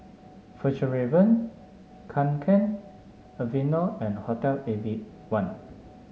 Fjallraven Kanken Aveeno and Hotel one